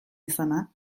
izana